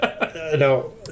no